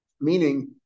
meaning